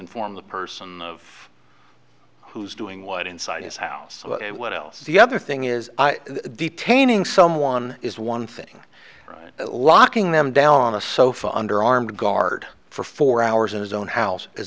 inform the person of who's doing what inside his house what else the other thing is detaining someone is one thing locking them down on a sofa under armed guard for four hours in his own house is